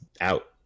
out